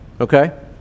Okay